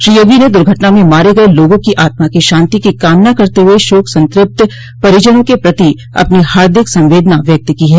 श्री योगी ने दुर्घटना में मारे गये लोगों की आत्मा की शांति की कामना करत हुए शोक संतृप्त परिजनों के प्रति अपनी हार्दिक संवेदना व्यक्त की है